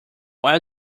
while